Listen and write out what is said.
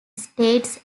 states